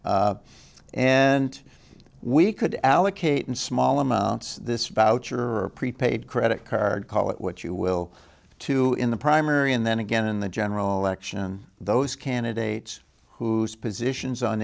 range and we could allocate in small amounts this voucher or a prepaid credit card call it what you will to in the primary and then again in the general election those candidates whose positions on